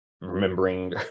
remembering